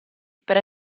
per